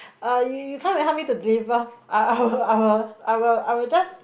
uh y~ you can help me to deliver I I I will I will I will just